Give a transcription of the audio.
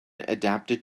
adapted